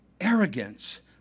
Arrogance